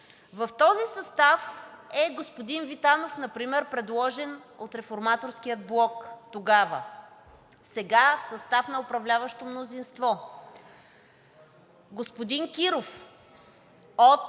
В този състав е господин Витанов например, предложен от Реформаторския блок тогава, сега в състава на управляващото мнозинство. Господин Киров от